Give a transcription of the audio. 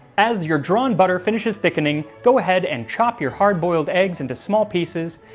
as your drawn butter finishes thickening go ahead and chop your hard-boiled eggs into small pieces,